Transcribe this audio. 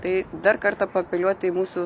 tai dar kartą paapeliuot į mūsų